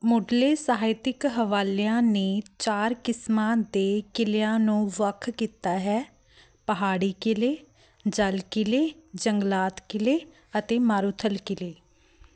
ਮੁੱਢਲੇ ਸਾਹਿਤਿਕ ਹਵਾਲਿਆਂ ਨੇ ਚਾਰ ਕਿਸਮਾਂ ਦੇ ਕਿਲ੍ਹਿਆਂ ਨੂੰ ਵੱਖ ਕੀਤਾ ਹੈ ਪਹਾੜੀ ਕਿਲ੍ਹੇ ਜਲ ਕਿਲ੍ਹੇ ਜੰਗਲਾਤ ਕਿਲ੍ਹੇ ਅਤੇ ਮਾਰੂਥਲ ਕਿਲ੍ਹੇ